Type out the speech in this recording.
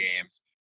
games